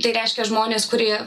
tai reiškia žmonės kurie